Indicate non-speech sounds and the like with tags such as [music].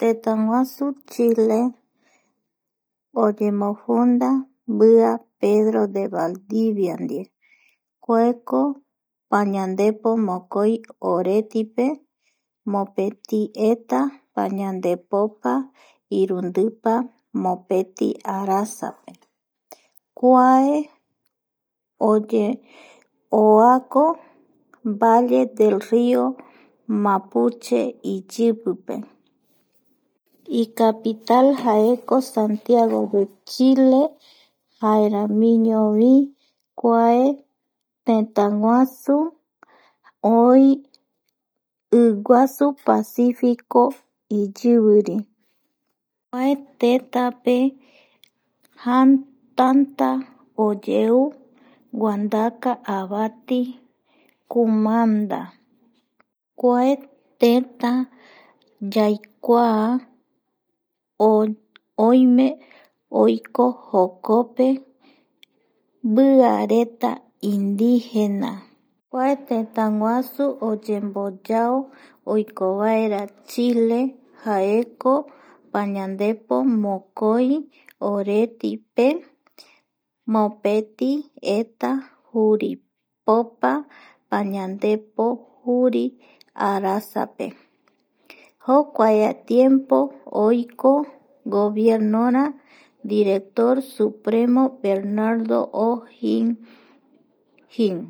Tëtäguasu Chile oñemofunda mbia Pedro de Valdivia ndive, kuaeko pañandepomokoi oretipe mopeti eta pañandepopa irundipa mopeti arasape [noise] kuae [hesitation] oako valle del río Mapuche iyipipe icapital jaeko [noise] Santiagode Chile jaeramiñovi kuae tëtäguasu oï iguasu pasífico iyivirim, kua tentape [hesitation] tanta oyeu guandaka avati kumanda kua tëtä yaikuaa oime oiko jokope mbiareta indígena kua tétaguasu oyemboyao oiko vaera Chile jaeko pañandepo mokoi oretipe mopeti eta juripopa pañandepopa juri arasape jokuatiempo oiko gobiernora Director Supremo Bernando [hesitation] [noise]